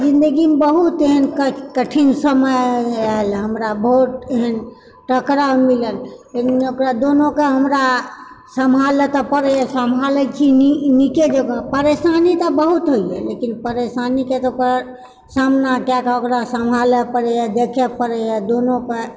जिन्दगीमऽ बहुत एहन कठिन समय आयल हमरा बहुत एहन टकराव मिलल लेकिन ओकरा दूनूकऽ हमरा सम्हालऽ तऽ पड़ैए सम्हालै छी नी नीके जकाँ परेशानी तऽ बहुत होइए लेकिन परेशानीके तऽ ओकर सामनाके कऽ ओकरा सम्हालऽ पड़ैए देखय पड़यए दुनूकऽ